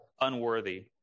unworthy